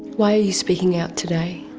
why are you speaking out today?